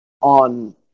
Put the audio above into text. on